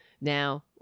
now—